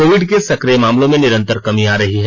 Covid के सक्रिय मामलों में निरन्तर कमी आ रही है